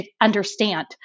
understand